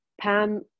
Pam